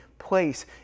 place